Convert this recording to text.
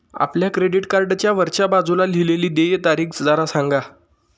आपल्या क्रेडिट कार्डच्या वरच्या बाजूला लिहिलेली देय तारीख जरा सांगा